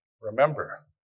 Remember